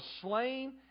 slain